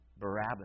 Barabbas